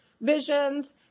visions